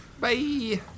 Bye